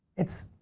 it's,